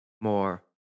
more